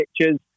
pictures